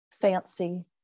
fancy